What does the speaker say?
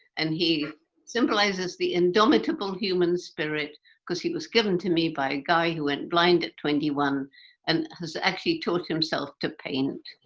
and he symbolizes the indomitable human spirit cause he was given to me by a guy who went blind at twenty one and has actually taught himself to paint.